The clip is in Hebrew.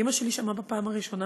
אימא שלי שמעה בפעם הראשונה